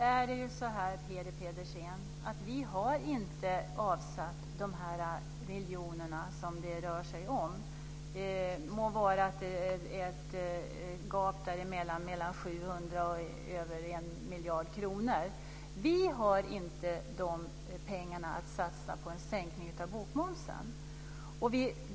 Fru talman! Men vi har ju inte avsatt de miljoner som det rör sig om, Peter Pedersen! Det må vara ett det finns ett gap mellan 700 miljoner och en miljard kronor, men vi har inte de pengarna att satsa på en sänkning av bokmomsen.